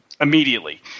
immediately